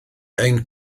ein